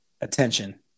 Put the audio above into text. attention